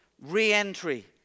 re-entry